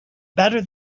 better